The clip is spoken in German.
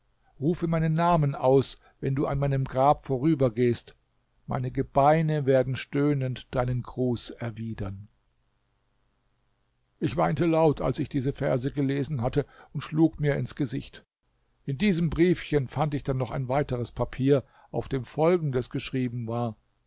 rufe meinen namen aus wenn du an meinem grab vorübergehst meine gebeine werden stöhnend deinen gruß erwidern ich weinte laut als ich diese verse gelesen hatte und schlug mir ins gesicht in diesem briefchen fand ich dann noch ein anderes papier auf dem folgendes geschrieben war